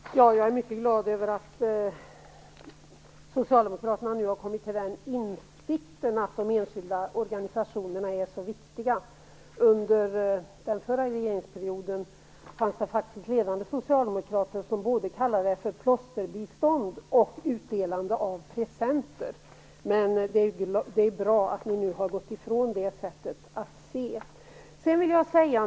Herr talman! Jag är mycket glad över att Socialdemokraterna nu har kommit till den insikten att de enskilda organisationerna är viktiga. Under den förra regeringsperioden fanns det faktiskt ledande socialdemokrater som kallade det för "plåsterbistånd" och "utdelande av presenter". Men det är bra att ni nu har gått ifrån det sättet att se på det.